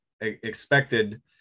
expected